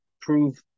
prove